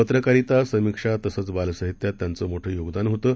पत्रकारिता समिक्षा तसंच बालसाहित्यात त्यांचं मोठं योगदान होतं